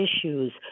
issues